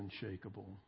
unshakable